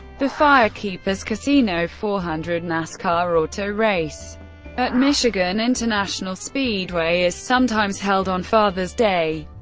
the firekeepers casino four hundred nascar auto race at michigan international speedway is sometimes held on father's day.